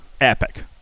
epic